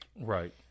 Right